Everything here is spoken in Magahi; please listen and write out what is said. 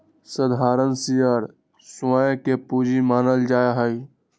साधारण शेयर स्वयं के पूंजी मानल जा हई